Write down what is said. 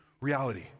reality